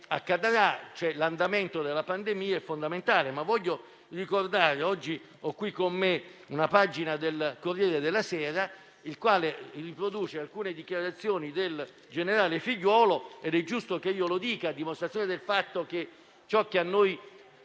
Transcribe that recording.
l'andamento della pandemia è fondamentale. Oggi ho qui con me una pagina del «Corriere della Sera» che riporta alcune dichiarazioni del generale Figliuolo, ed è giusto che io lo dica a dimostrazione del fatto che ciò che a noi